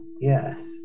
Yes